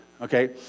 Okay